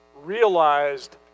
realized